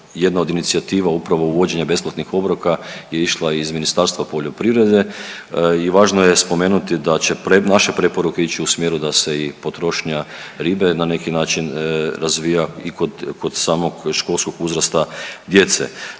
jedna od inicijativa upravo uvođenja besplatnih obroka je išla iz Ministarstva poljoprivrede i važno je spomenuti da će naše preporuke ići u smjeru da se i potrošnja ribe na neki način razvija i kod, kod samog školskog uzrasta djece.